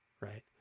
right